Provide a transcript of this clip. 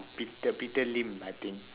peter peter lim I think